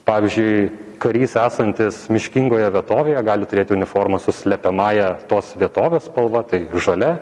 pavyzdžiui karys esantis miškingoje vietovėje gali turėti uniformą su slepiamąja tos vietovės spalva tai žalia